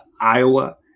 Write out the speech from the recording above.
Iowa